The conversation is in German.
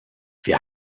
wir